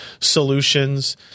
solutions